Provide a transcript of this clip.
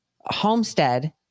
homestead